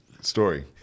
story